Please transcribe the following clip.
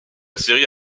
série